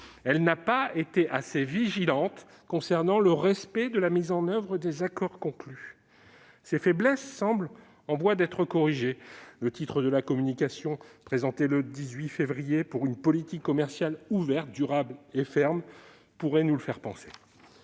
et n'a pas été assez vigilante concernant le respect de la mise en oeuvre des accords conclus. Ces faiblesses semblent en voie d'être corrigées. Le titre de la communication, présentée le 18 février dernier par la Commission européenne, pourrait nous le faire penser